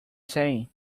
saying